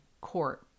court